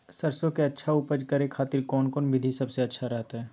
सरसों के अच्छा उपज करे खातिर कौन कौन विधि सबसे अच्छा रहतय?